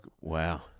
Wow